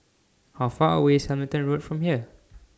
How Far away IS Hamilton Road from here